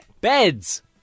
Beds